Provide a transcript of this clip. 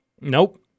Nope